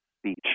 speech